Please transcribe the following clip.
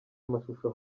amashusho